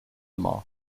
mort